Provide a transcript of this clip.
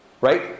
right